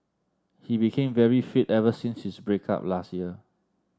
he became very fit ever since his break up last year